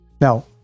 Now